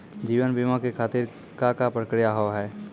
जीवन बीमा के खातिर का का प्रक्रिया हाव हाय?